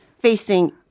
Facing